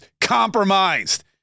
compromised